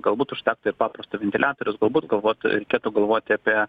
galbūt užtektų ir paprasto ventiliatoriaus galbūt galvot reikėtų galvoti apie